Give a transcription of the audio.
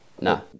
No